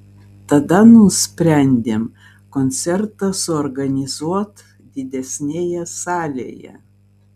tada nusprendėm koncertą suorganizuot didesnėje salėje